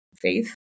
faith